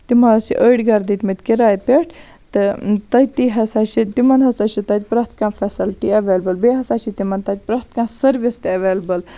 تمو حظ چھِ أڑۍ گَرٕ دِتمٕتۍ کِراے پٮ۪ٹھ تہٕ تٔتی ہَسا چھِ تِمَن ہَسا چھ تَتہٕ پرٮ۪تھ کانٛہہ فیسَلٹی ایٚولیبٕل بیٚیہِ ہَسا چھ تِمَن تَتہِ پرٮ۪تھ کانٛہہ سٔروِس تہِ ایٚولیبٕل